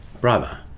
brother